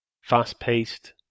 fast-paced